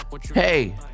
Hey